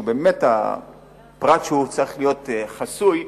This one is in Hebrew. שהוא באמת פרט שצריך להיות חסוי,